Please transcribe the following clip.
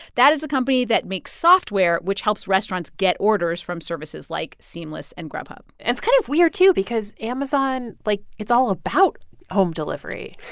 that is a company that makes software which helps restaurants get orders from services like seamless and grubhub and it's kind of weird, too, because amazon, like, is all about home delivery,